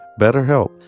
BetterHelp